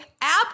app